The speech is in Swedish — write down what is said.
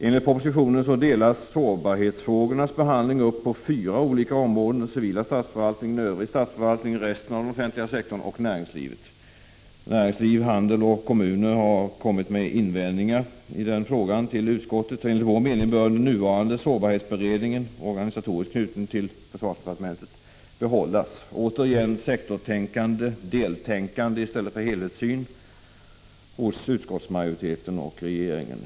Enligt propositionen delas sårbarhetsfrågornas behandling upp på fyra olika områden: den civila statsförvaltningen, övrig statsförvaltning, resten av den offentliga sektorn och näringslivet. Näringslivet, handeln och kommunerna har kommit med invändningar i den frågan till utskottet, och enligt vår 61 mening bör den nuvarande sårbarhetsberedningen, som organisatoriskt är knuten till försvarsdepartementet, behållas. Återigen sektorstänkande, deltänkande, i stället för helhetssyn hos utskottsmajoritet och regering.